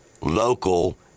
local